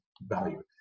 value